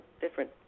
different